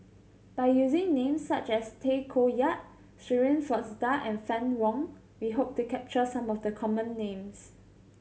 by using names such as Tay Koh Yat Shirin Fozdar and Fann Wong we hope to capture some of the common names